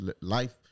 life